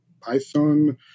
Python